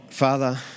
Father